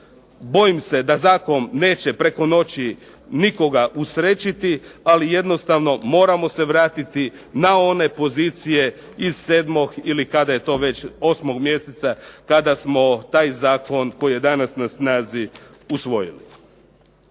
bojim se da zakon neće preko noći nikoga usrećiti, ali jednostavno moramo se vratiti na one pozicije iz 7. ili kada je to već 8. mjeseca kada smo taj zakon koji je danas na snazi usvojili.